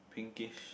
pinkish